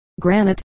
Granite